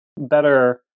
better